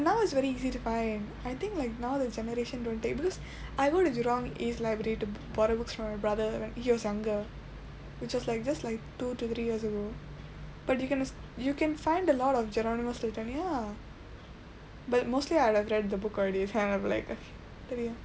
but now it's very easy to find I think like now the generation don't take because I go to jurong east library to borrow books for my brother when he was younger which was like just like two to three years ago but you can just you can find a lot of geronimo stilton ya but mostly I have read the book already then I'll be like ya